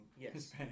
Yes